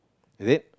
is it